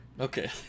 Okay